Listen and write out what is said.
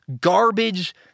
garbage